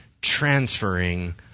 transferring